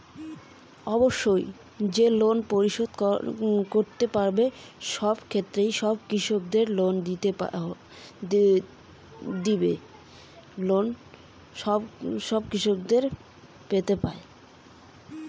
কৃষি লোন কি সব কৃষকদের জন্য হতে পারে?